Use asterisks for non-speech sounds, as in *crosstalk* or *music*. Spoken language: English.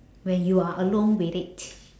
when you are alone with it *noise*